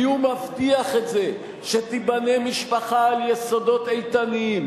כי הוא מבטיח את זה שתיבנה משפחה על יסודות איתנים,